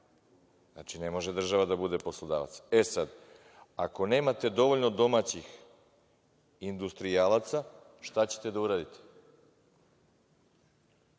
Znači, ne može država da bude poslodavac. Sada, ako nemate dovoljno domaćih industrijalaca, šta ćete da uradite?